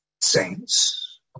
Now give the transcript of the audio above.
saints